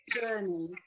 journey